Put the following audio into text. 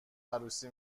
عروسی